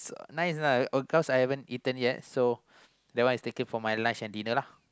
nice or not oh cause I haven't eaten yet so that one is taken for my lunch and dinner lah